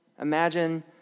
Imagine